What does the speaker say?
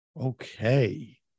Okay